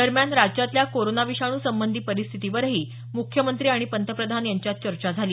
दरम्यान राज्यातल्या कोरोना विषाणू संबंधी परिस्थितीवरही मुख्यमंत्री आणि पंतप्रधान यांच्यात चर्चा झाली